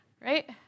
right